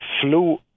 flew